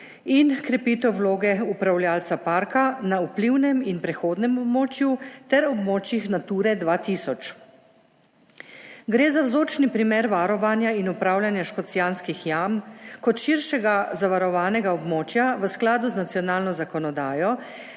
in krepitev vloge upravljavca parka na vplivnem in prehodnem območju ter območjih Nature 2000. Gre za vzorčni primer varovanja in upravljanja Škocjanskih jam kot širšega zavarovanega območja v skladu z nacionalno zakonodajo